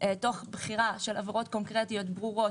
תוך בחירה של עבירות קונקרטיות ברורות,